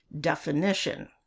definition